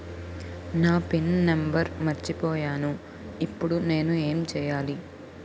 నా pin number మర్చిపోయాను ఇప్పుడు నేను ఎంచేయాలి?